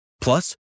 Plus